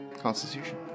constitution